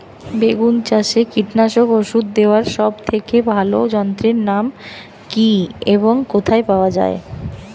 বেগুন গাছে কীটনাশক ওষুধ দেওয়ার সব থেকে ভালো যন্ত্রের নাম কি এবং কোথায় পাওয়া যায়?